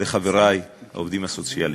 לחברי העובדים הסוציאליים: